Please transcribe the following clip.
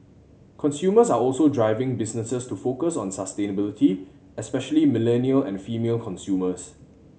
consumers are also driving businesses to focus on sustainability especially millennial and female consumers